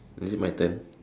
is it my turn